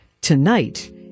tonight